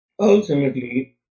Ultimately